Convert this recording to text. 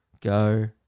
Go